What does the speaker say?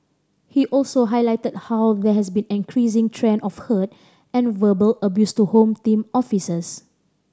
he also highlighted how there has been an increasing trend of hurt and verbal abuse to Home Team officers